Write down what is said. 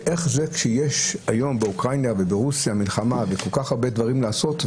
ואיך זה שיש היום באוקראינה וברוסיה מלחמה ויש כל כך הרבה דברים לעשות?